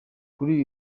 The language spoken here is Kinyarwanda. kuri